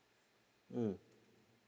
mm